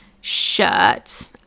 shirt